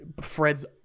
Fred's